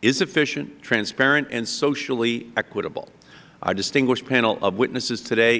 is efficient transparent and socially equitable our distinguished panel of witnesses today